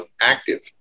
active